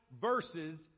verses